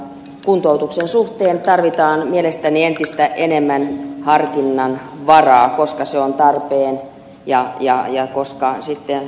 kuntoutuksen suhteen tarvitaan mielestäni entistä enemmän harkinnanvaraa koska se on tarpeen ja koska se sitten voidaan lopettaa